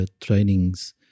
trainings